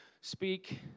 speak